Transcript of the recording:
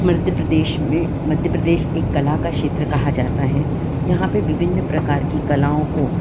मध्य प्रदेश में मध्य प्रदेश एक कला का क्षेत्र कहा जाता है यहाँ पर विभिन्न प्रकार की कलाओं को